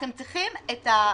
אתם צריכים את ה-,